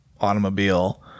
automobile